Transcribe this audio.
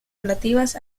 relativas